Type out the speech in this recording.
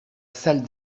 salle